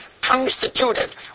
constituted